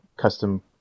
custom